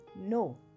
no